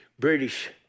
British